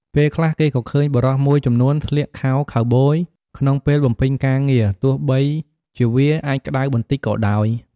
ពេលខ្លះគេក៏ឃើញបុរសមួយចំនួនស្លៀកខោខូវប៊យក្នុងពេលបំពេញការងារទោះបីជាវាអាចក្តៅបន្តិចក៏ដោយ។